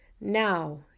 Now